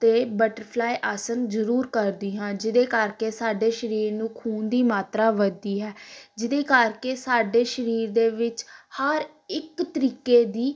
ਅਤੇ ਬਟਰਫਲਾਈ ਆਸਣ ਜ਼ਰੂਰ ਕਰਦੀ ਹਾਂ ਜਿਹਦੇ ਕਰਕੇ ਸਾਡੇ ਸਰੀਰ ਨੂੰ ਖੂਨ ਦੀ ਮਾਤਰਾ ਵੱਧਦੀ ਹੈ ਜਿਹਦੇ ਕਰਕੇ ਸਾਡੇ ਸਰੀਰ ਦੇ ਵਿੱਚ ਹਰ ਇੱਕ ਤਰੀਕੇ ਦੀ